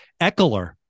Eckler